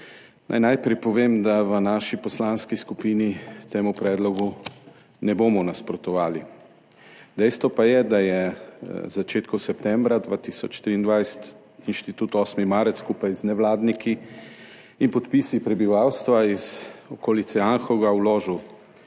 Najprej naj povem, da v naši poslanski skupini temu predlogu ne bomo nasprotovali. Dejstvo pa je, da je v začetku septembra 2023 Inštitut 8. marec skupaj z nevladniki in podpisi prebivalstva iz okolice Anhovega vložil